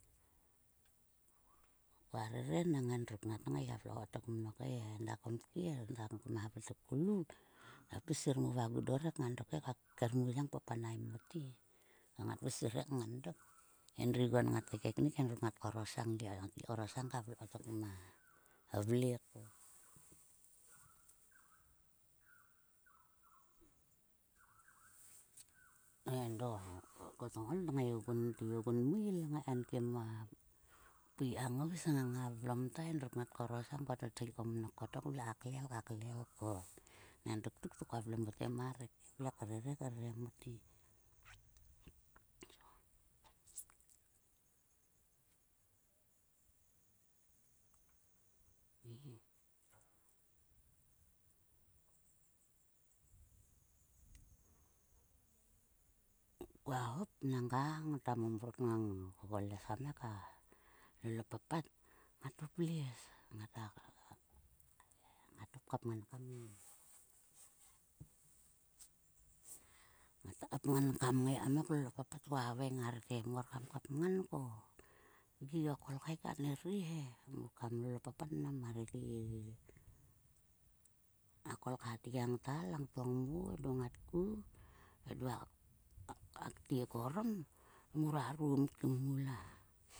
Kua rere nang endruk ngat ngai gia vle kottok mnok nang enda a komkie enda koma havei to ko lu ta pis ka sir mo ma gudor he ngan dok he ka ker muyang papanaem mote ko tpis sir he he kngan dok. He endriguon ngat kaekeknik gia korosang ka vle kotok ma vle ko. Endo ko tngokol tngai gun te. Ogun meil kngai kaenkim a pui ka ngous ngang a vlom ta. Endruk ngat korosang kotothi ko mnok ka klel ka klel ko. Nang dok tuk to kua vle mote ma rek krere mote. Kua hop nangga ngota momrot ngang ko les kam ngai ka lol o papat. Ngat hop les. Ngat hop kapngan. Ngata kapngan kam ngai lol o papat, ko haveng mar te muor kam kap ngam ko. Gi o kolkhek atgiang ta lang to ngmo edo ngat ku edo a ktiek orom mura rim kim mula.